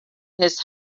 his